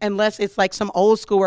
and less it's like some old school